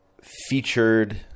featured